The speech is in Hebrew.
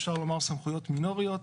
אפשר לומר סמכויות מינוריות.